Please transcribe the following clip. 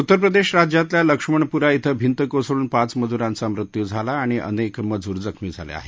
उत्तर प्रदेश राज्यातल्या लक्ष्मणपूरा क्वें भिंत कोसळून पाच मजुरांचा मृत्यू झाला आणि अनेक मजूर जखमी झाले आहेत